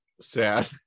Sad